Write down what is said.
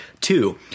two